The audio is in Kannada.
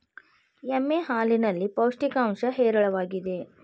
ಎಮ್ಮೆ ಹಾಲಿನಲ್ಲಿ ಪೌಷ್ಟಿಕಾಂಶ ಹೇರಳವಾಗಿದೆ